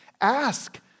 Ask